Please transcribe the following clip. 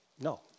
No